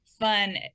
fun